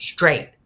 straight